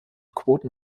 quoten